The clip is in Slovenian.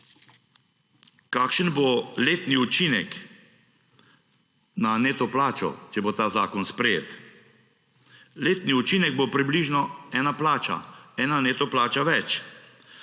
Kakšen bo neto učinek na neto plačo, če bo ta zakon sprejet? Letni učinek bo približno ena plača; eno neto plača več.